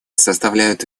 составляют